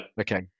Okay